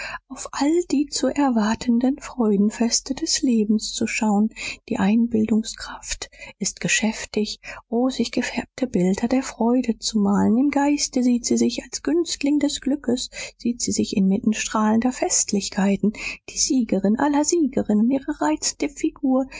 auf all die zu erwartenden freudenfeste des lebens zu schauen die einbildungskraft ist geschäftig rosig gefärbte bilder der freude zu malen im geiste sieht sie sich als günstling des glückes sieht sie sich inmitten strahlender festlichkeiten die siegerin aller siegerinnen ihre reizende